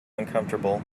uncomfortable